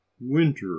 winter